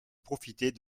profiter